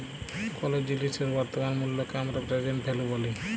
কোলো জিলিসের বর্তমান মুল্লকে হামরা প্রেসেন্ট ভ্যালু ব্যলি